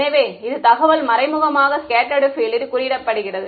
எனவே இது தகவல் மறைமுகமாக ஸ்கெட்ட்டர்டு பீல்ட் ல் குறியிடப்படுகிறது